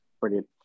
brilliant